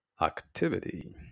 activity